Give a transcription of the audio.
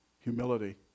humility